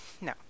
no